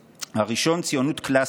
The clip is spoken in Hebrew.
הראשון, ציונות קלאסית,